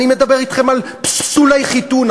אני מדבר אתכם על פסולי חיתון,